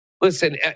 listen